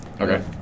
Okay